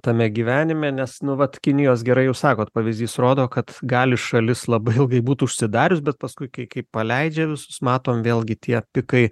tame gyvenime nes nu vat kinijos gerai jūs sakot pavyzdys rodo kad gali šalis labai ilgai būt užsidarius bet paskui kai kai paleidžia visus matom vėlgi tie pikai